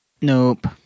Nope